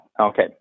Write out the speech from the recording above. Okay